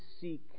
seek